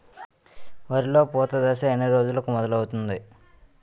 వరిలో పూత దశ ఎన్ని రోజులకు మొదలవుతుంది?